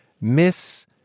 Miss